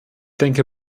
denke